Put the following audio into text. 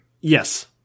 Yes